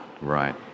Right